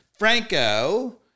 Franco